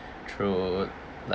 through like